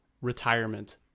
retirement